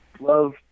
love